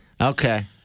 Okay